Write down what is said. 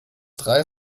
drei